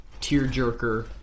tearjerker